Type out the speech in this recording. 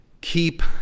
Keep